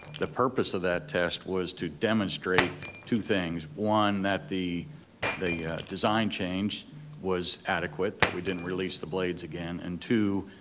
the purpose of that test was to demonstrate two things, one that the the design change was adequate, that we didn't release the blades again, and two,